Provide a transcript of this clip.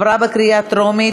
של חבר הכנסת נחמן שי.